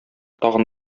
тагын